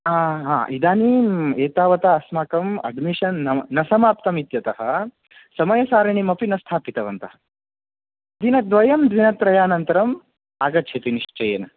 आ हा इदानीम् एतावता अस्माकं अड्मिशन् नाम न समाप्तम् इत्यतः समयसारिणीमपि न स्थापितवन्तः दिनद्वयं दिनत्रयानन्तरम् आगच्छति निश्चयेन